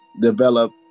develop